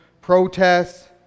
protests